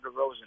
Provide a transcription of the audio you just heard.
DeRozan